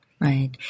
Right